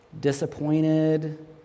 disappointed